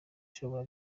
ishobora